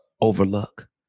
overlook